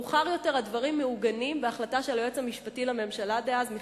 מאוחר יותר הדברים מעוגנים בהחלטה של היועץ המשפטי לממשלה דאז,